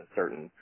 certain